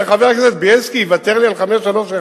חבר הכנסת בילסקי יוותר לי על 531,